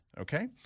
Okay